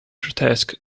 grotesque